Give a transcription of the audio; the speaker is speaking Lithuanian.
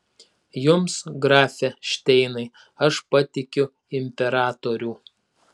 jums grafe šteinai aš patikiu imperatorių